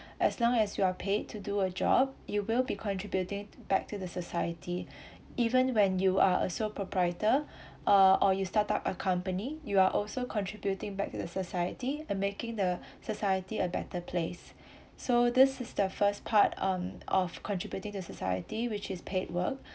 as long as you are paid to do a job you will be contributing back to the society even when you are a sole proprietor uh or you start up a company you are also contributing back to the society uh making the society a better place so this is the first part um of contributing to society which is paid work